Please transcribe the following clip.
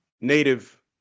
Native